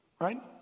Right